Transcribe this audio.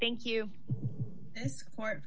thank you for